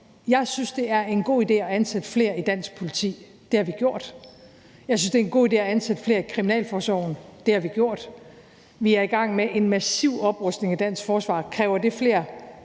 Jeg synes, det er en god idé at ansætte flere i dansk politi – det har vi gjort. Jeg synes, det er en god idé at ansætte flere i kriminalforsorgen – det har vi gjort. Vi er i gang med en massiv oprustning af dansk forsvar. Kræver det flere